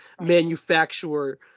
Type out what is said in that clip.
manufacturer